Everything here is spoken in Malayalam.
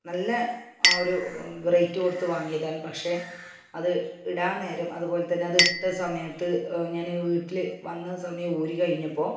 നല്ല ആ ഒരു റേറ്റ് കൊടുത്ത് വാങ്ങിയതാണ് പക്ഷെ അത് ഇടാൻ നേരം അതുപോലെ തന്നെ അത് ഇട്ട സമയത്ത് ഞാൻ വീട്ടിൽ വന്ന സമയം ഊരിക്കഴിഞ്ഞപ്പോൾ